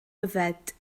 yfed